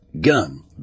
Gun